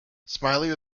smiley